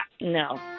no